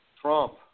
Trump